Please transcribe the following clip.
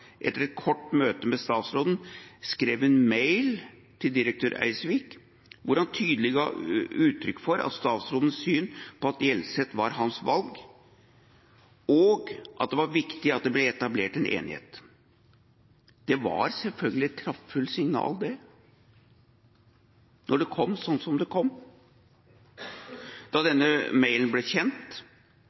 etter et kort møte med statsråden skrev en mail til direktør Eidsvik hvor han tydelig ga uttrykk for statsrådens syn på at Hjelset var hans valg, og at det var viktig at det ble etablert en enighet. Det var selvfølgelig et kraftfullt signal, når det kom som det kom. Da denne mailen ble kjent,